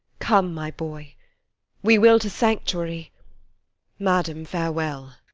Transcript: come, my boy we will to sanctuary madam, farewell.